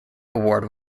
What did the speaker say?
award